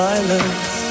Silence